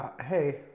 Hey